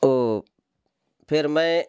वो फिर मैं